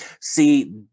See